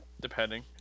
depending